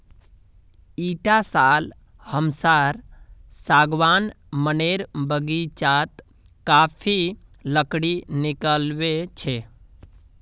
इटा साल हमसार सागवान मनेर बगीचात काफी लकड़ी निकलिबे छे